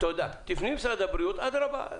תפני למשרד הבריאות, אדרבה.